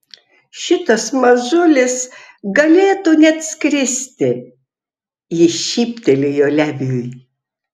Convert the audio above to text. šitas mažulis galėtų net skristi ji šyptelėjo leviui